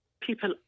people